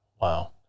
wow